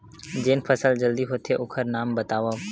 जेन फसल जल्दी होथे ओखर नाम बतावव?